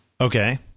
Okay